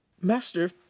Master